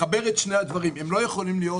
צריך לחבר את שני הדברים, הם לא יכולים להיות